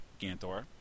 Ganthor